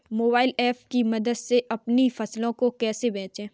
Mobile app की मदद से अपनी फसलों को कैसे बेचें?